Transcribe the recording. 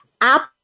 app